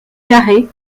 carré